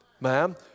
Ma'am